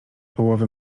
połowy